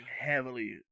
heavily